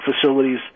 facilities